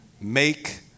Make